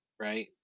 Right